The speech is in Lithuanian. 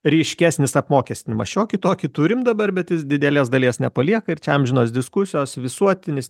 ryškesnis apmokestinimas šiokį tokį turim dabar bet jis didelės dalies nepalieka ir čia amžinos diskusijos visuotinis